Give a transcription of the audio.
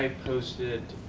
posted,